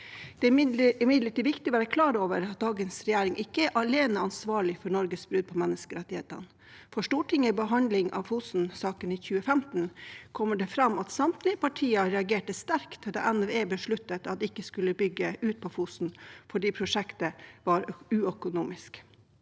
Det er imidlertid viktig å være klar over at dagens regjering ikke alene er ansvarlig for Norges brudd på menneskerettighetene, for i Stortingets behandling av Fosen-saken i 2015 kommer det fram at samtlige partier reagerte sterkt da NVE besluttet at det ikke skulle bygges ut på Fosen fordi prosjektet var uøkonomisk.